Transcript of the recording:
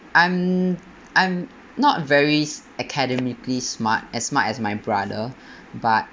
I'm I'm not very academically smart as smart as my brother but